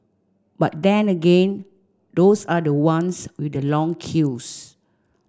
but then again those are the ones with the long queues